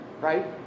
right